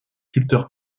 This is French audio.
sculpteur